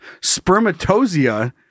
spermatosia